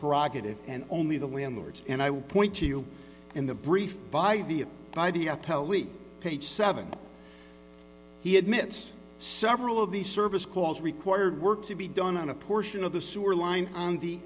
prerogative and only the landlords and i will point you in the brief by the by the page seven he admits several of the service calls required work to be done on a portion of the sewer line on the